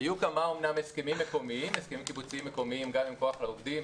היו אומנם כמה הסכמים קיבוציים מקומיים גם עם כוח לעובדים